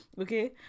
okay